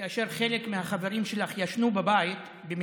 כאשר חלק מהחברים שלך ישנו בבית,